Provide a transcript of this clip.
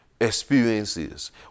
experiences